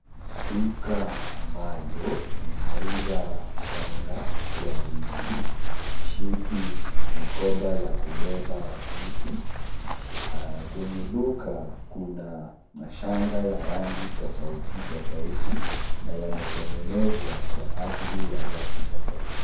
Duka ambayo inauza shanga kwa wingi, mishipi, mikoba ya kubeba vitu, kwenye duka kuna mashanga ya rangi tofautitofauti, na yametengenezwa kwa ajili ya watu tofauti.